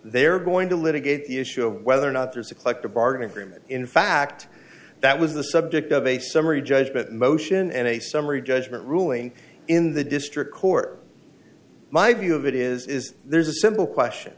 they're going to litigate the issue of whether or not there's a collective bargaining agreement in fact that was the subject of a summary judgment motion and a summary judgment ruling in the district court my view of it is there's a simple question